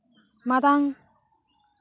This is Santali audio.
ᱢᱟᱨᱟᱝ